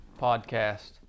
podcast